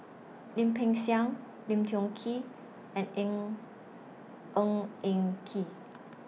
Lim Peng Siang Lim Tiong Ghee and Eng Ng Eng Kee